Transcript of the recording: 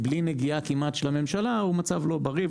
מבלי נגיעה כמעט של הממשלה הוא מצב לא בריא.